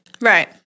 Right